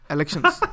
Elections